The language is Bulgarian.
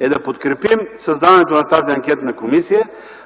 е да подкрепим създаването на тази анкетна комисия,